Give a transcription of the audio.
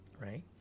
right